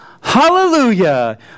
Hallelujah